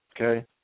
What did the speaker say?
okay